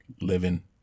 living